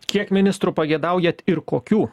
kiek ministrų pageidaujat ir kokių